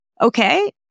okay